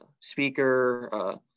speaker